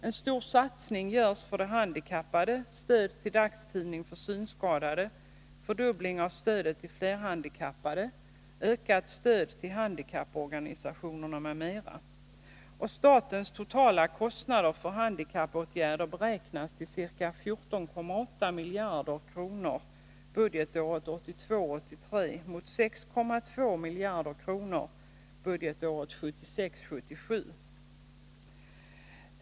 En stor satsning görs för de handikappade — stöd till dagstidning för synskadade, fördubbling av stödet till flerhandikappade, ökat stöd till handikapporganisationerna m.m. Statens totala kostnader för handikappåtgärder beräknas till 14,8 miljarder kronor budgetåret 1982 77.